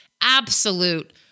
absolute